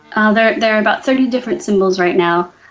ah there there are about thirty different symbols right now.